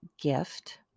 gift